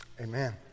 amen